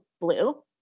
blue